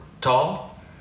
tall